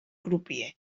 crupier